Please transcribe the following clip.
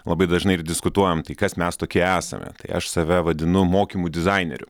labai dažnai ir diskutuojam tai kas mes tokie esame tai aš save vadinu mokymų dizaineriu